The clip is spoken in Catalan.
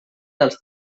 del